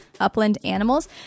UplandAnimals